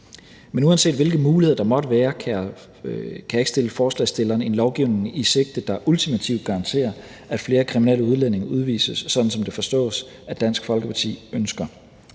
Men uanset hvilke muligheder der måtte være, kan jeg ikke stille forslagsstillerne en lovgivning i sigte, der ultimativt garanterer, at flere kriminelle udlændinge udvises, sådan som det forstås at Dansk